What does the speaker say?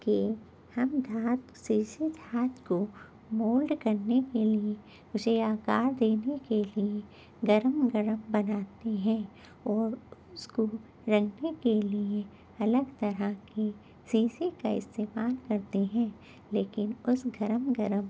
کہ ہم دھات سیسے دھات کو مولڈ کرنے کے لیے اسے آکار دینے کے لیے گرم گرم بناتے ہیں اور اس کو رنگنے کے لیے الگ طرح کے سیسے کا استعمال کرتے ہیں لیکن اس گرم گرم